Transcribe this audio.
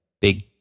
big